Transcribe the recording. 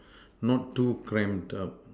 not too cramp up